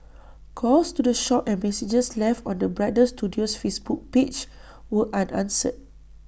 calls to the shop and messages left on the bridal studio's Facebook page were unanswered